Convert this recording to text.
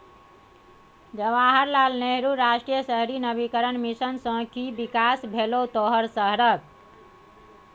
जवाहर लाल नेहरू राष्ट्रीय शहरी नवीकरण मिशन सँ कि कि बिकास भेलौ तोहर शहरक?